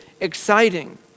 exciting